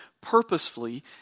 purposefully